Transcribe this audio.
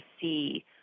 see